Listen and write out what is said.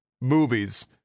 movies